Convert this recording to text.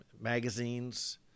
magazines